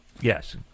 Yes